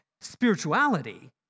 Spirituality